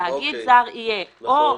נכון.